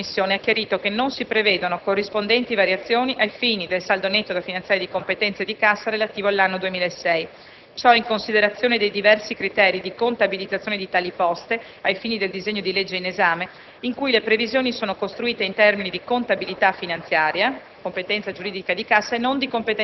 Al riguardo il Governo durante l'esame in Commissione ha chiarito che non si prevedono corrispondenti variazioni ai fini del saldo netto da finanziare di competenza e di cassa relativo all'anno 2006. Ciò in considerazione dei diversi criteri di contabilizzazione di tali poste ai fini del disegno di legge in esame, in cui le previsioni sono costruite in termini di contabilità finanziaria